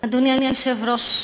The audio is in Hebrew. אדוני היושב-ראש,